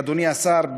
אדוני השר,